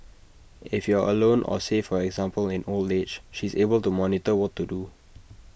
if you are alone or say for example in old age she is able to monitor what to do